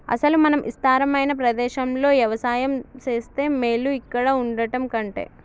అసలు మనం ఇస్తారమైన ప్రదేశంలో యవసాయం సేస్తే మేలు ఇక్కడ వుండటం కంటె